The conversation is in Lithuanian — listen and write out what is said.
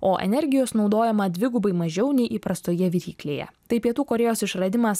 o energijos naudojama dvigubai mažiau nei įprastoje viryklėje tai pietų korėjos išradimas